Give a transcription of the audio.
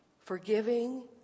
forgiving